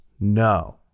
No